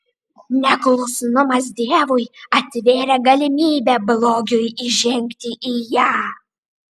neklusnumas dievui atvėrė galimybę blogiui įžengti į ją